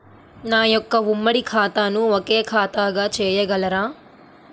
నా యొక్క ఉమ్మడి ఖాతాను ఒకే ఖాతాగా చేయగలరా?